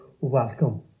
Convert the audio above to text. welcome